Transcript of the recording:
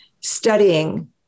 studying